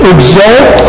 Exalt